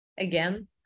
again